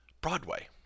Broadway